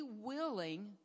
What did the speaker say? willing